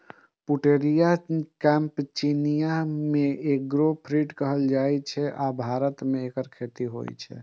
Pouteria campechiana कें eggfruit कहल जाइ छै, आ भारतो मे एकर खेती होइ छै